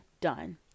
done